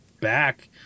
back